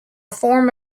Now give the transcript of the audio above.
form